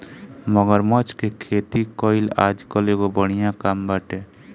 मगरमच्छ के खेती कईल आजकल एगो बढ़िया काम बाटे